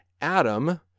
Adam